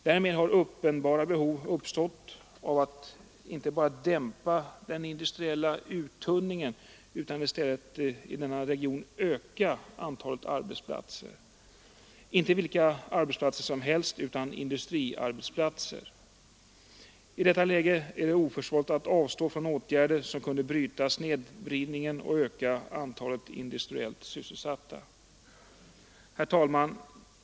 Därmed har uppenbara behov uppstått av att inte bara dämpa den industriella uttunningen utan i stället i denna region öka antalet arbetsplatser — inte vilka arbetsplatser som helst utan industriarbetsplatser. I detta läge är det oförsvarligt att avstå från åtgärder som kunde bryta snedvridningen och öka antalet industriellt sysselsatta. Herr talman!